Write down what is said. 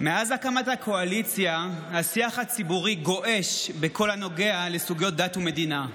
מאז הקמת הקואליציה השיח הציבורי גועש בכל הנוגע לסוגיות דת ומדינה.